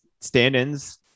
stand-ins